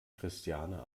christiane